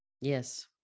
Yes